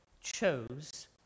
chose